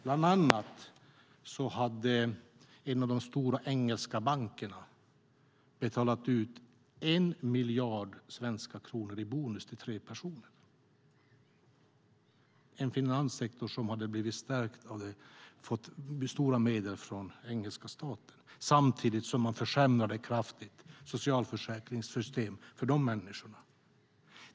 Bland annat hade en av de stora engelska bankerna betalat ut 1 miljard svenska kronor i bonus till tre personer. Det är en finanssektor som har fått stora medel från engelska staten samtidigt som man från statens sida kraftigt har försämrat socialförsäkringssystem för människorna.